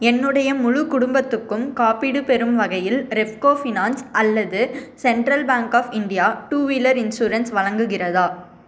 என்னுடைய முழு குடும்பத்துக்கும் காப்பீடு பெறும் வகையில் ரெப்கோ ஃபினான்ஸ் அல்லது central bank of India two wheeler insurance வழங்குகிறதா